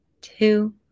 two